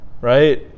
right